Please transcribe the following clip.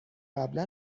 قبلا